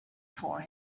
for